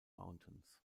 mountains